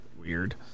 Weird